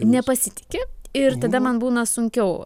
nepasitiki ir tada man būna sunkiau